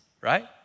right